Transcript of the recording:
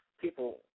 people